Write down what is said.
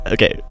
Okay